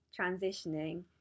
transitioning